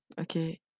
okay